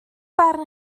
barn